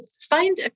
find